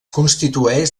constitueix